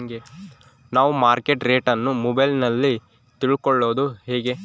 ನಾವು market rate ಅನ್ನು ಮೊಬೈಲಲ್ಲಿ ತಿಳ್ಕಳೋದು ಹೇಗೆ?